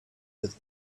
with